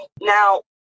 Now